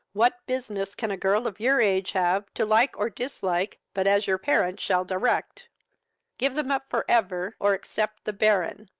what business can a girl of your age have to like or dislike but as your parents shall direct give them up for ever, or accept the baron